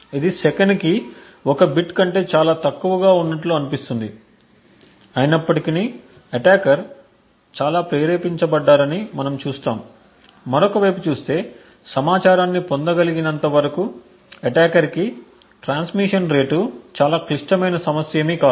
ఇది సెకనుకు 1 బిట్ కంటే చాలా తక్కువగా ఉన్నట్లు అనిపిస్తుంది అయినప్పటికీ అటాకర్ చాలా ప్రేరేపించబడ్డారని మనము చూస్తాము మరొక వైపు చూస్తే సమాచారాన్ని పొందగలిగినంత వరకు అటాకర్ కి ట్రాన్స్మిషన్ రేటు చాలా క్లిష్టమైన సమస్య కాదు